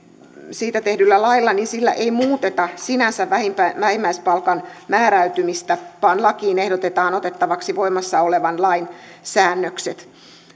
siitä tehdyllä lailla ei muuteta sinänsä vähimmäispalkan määräytymistä vaan lakiin ehdotetaan otettavaksi voimassa olevan lain säännökset